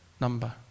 number